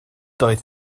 doedd